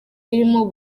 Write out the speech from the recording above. irimo